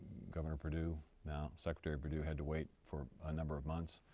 governor perdue, now secretary perdue, had to wait for a number of months.